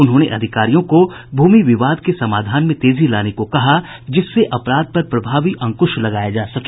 उन्होंने अधिकारियों को भूमि विवाद के समाधान में तेजी लाने को कहा जिससे अपराध पर प्रभावी अंकुश लगाया जा सके